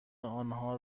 آنها